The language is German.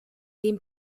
den